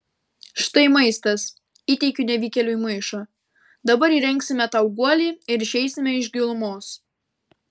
štai maistas įteikiu nevykėliui maišą dabar įrengsime tau guolį ir išeisime iš gilumos